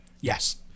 yes